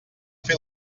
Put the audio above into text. fer